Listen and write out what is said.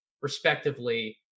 respectively